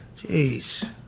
Jeez